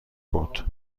بود